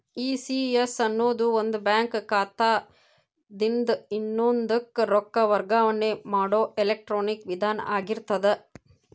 ECS ಅನ್ನೊದು ಒಂದ bank ಖಾತಾದಿನ್ದ ಇನ್ನೊಂದಕ್ಕ ರೊಕ್ಕ ವರ್ಗಾವಣೆ ಮಾಡೊ ಎಲೆಕ್ಟ್ರಾನಿಕ್ ವಿಧಾನ ಆಗಿರ್ತದ